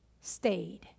stayed